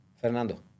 Fernando